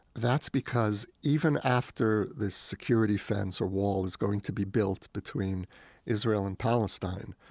that's because even after the security fence or wall is going to be built between israeli and palestine,